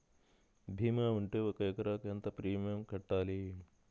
భీమా ఉంటే ఒక ఎకరాకు ఎంత ప్రీమియం కట్టాలి?